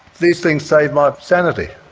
these things saved my sanity.